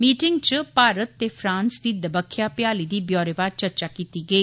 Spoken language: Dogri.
मीटिंग च भारत ते फ्रांस दी दबक्खया भ्याली दी व्योरेवार चर्चा कीती गेई